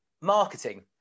marketing